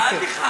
הגזמת.